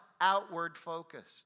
Outward-focused